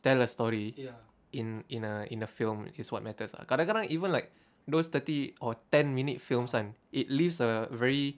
tell a story in in a in a film is what matters ah kadang-kadang even like those thirty or ten minute films kan it leaves a very